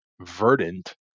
verdant